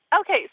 Okay